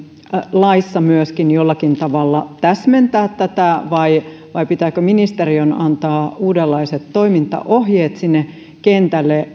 laissa myöskin jollakin tavalla täsmentää tätä vai vai pitääkö ministeriön antaa uudenlaiset toimintaohjeet kentälle